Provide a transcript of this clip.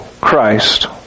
Christ